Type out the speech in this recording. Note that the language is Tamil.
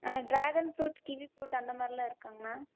ஆ டிராகன் ஃபுரூட் கிவி ஃபுரூட் அந்த மாதிரிலாம் இருக்காங்ண்ணா